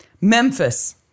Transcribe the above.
Memphis